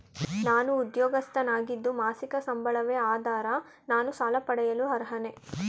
ನಾನು ಉದ್ಯೋಗಸ್ಥನಾಗಿದ್ದು ಮಾಸಿಕ ಸಂಬಳವೇ ಆಧಾರ ನಾನು ಸಾಲ ಪಡೆಯಲು ಅರ್ಹನೇ?